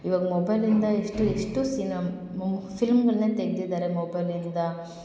ಇವಾಗ ಮೊಬೈಲಿಂದ ಎಷ್ಟು ಎಷ್ಟು ಸಿನಿಮಾ ಮು ಫಿಲ್ಮ್ಗಳನ್ನೇ ತೆಗ್ದಿದ್ದಾರೆ ಮೊಬೈಲಿಂದ